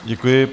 Děkuji.